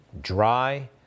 dry